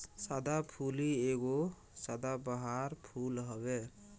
सदाफुली एगो सदाबहार फूल हवे